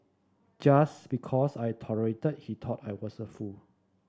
just because I tolerated he thought I was a fool